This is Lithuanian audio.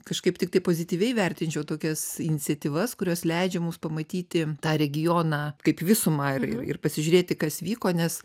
kažkaip tiktai pozityviai vertinčiau tokias iniciatyvas kurios leidžia mums pamatyti tą regioną kaip visumą ir ir pasižiūrėti kas vyko nes